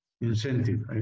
Incentive